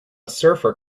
surfer